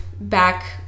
back